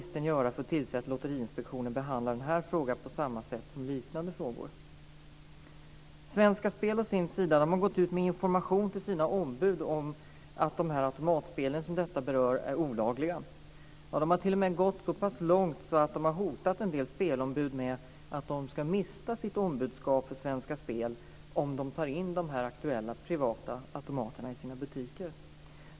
Svenska Spel har å sin sida gått ut med information till sina ombud om att automatspelen, som detta berör, är olagliga. Det har t.o.m. gått så pass långt att Svenska Spel har hotat en del spelombud med att de ska mista sitt ombudsskap för Svenska Spel och de tar in de aktuella privata automaterna i sina butiker.